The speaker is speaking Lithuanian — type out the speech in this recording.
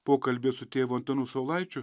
pokalbyje su tėvu antanu saulaičiu